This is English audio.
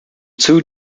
two